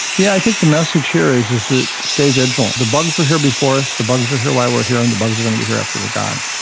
yeah i think the message here is is to stay vigilant. the bugs were here before us, the bugs are here while were here, and the bugs are going to be here after we've gone.